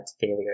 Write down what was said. failure